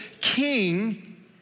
king